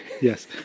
Yes